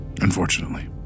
Unfortunately